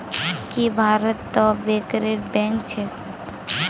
की भारतत तो बैंकरेर बैंक छेक